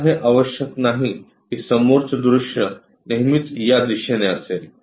आता हे आवश्यक नाही की समोरचे दृश्य नेहमीच या दिशेने असेल